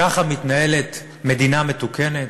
ככה מתנהלת מדינה מתוקנת?